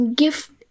gift